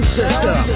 system